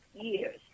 years